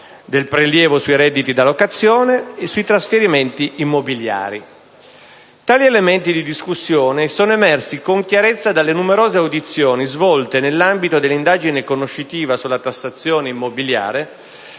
del prelievo sui redditi da locazione e sui trasferimenti immobiliari. Tali elementi di discussione sono emersi con chiarezza dalle numerose audizioni svolte nell'ambito dell'indagine conoscitiva sulla tassazione immobiliare